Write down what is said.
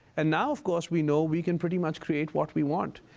and now, of course, we know we can pretty much create what we want.